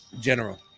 general